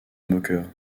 moqueur